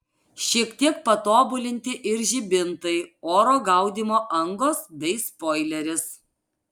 šiek tiek patobulinti ir žibintai oro gaudymo angos bei spoileris